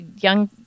young